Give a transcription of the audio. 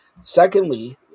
Secondly